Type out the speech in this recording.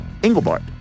Engelbart